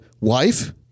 wife